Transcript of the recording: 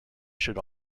should